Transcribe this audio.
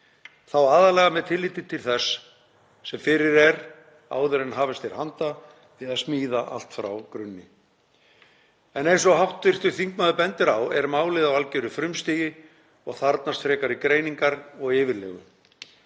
þá aðallega með tilliti til þess sem fyrir er áður en hafist er handa við að smíða allt frá grunni. En eins og hv. þingmaður bendir á er málið á algjöru frumstigi og þarfnast frekari greiningar og yfirlegu.